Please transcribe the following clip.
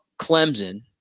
Clemson